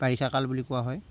বাৰিষা কাল বুলি কোৱা হয়